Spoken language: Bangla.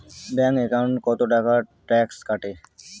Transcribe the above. ব্যাংক একাউন্টত কতো টাকা ট্যাক্স কাটে?